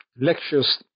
lectures